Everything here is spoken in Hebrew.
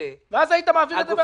ואז היית מעביר את זה בהסכמה.